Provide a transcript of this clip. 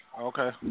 Okay